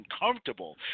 uncomfortable